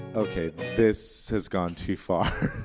ok, this has gone too far.